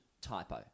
typo